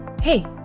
Hey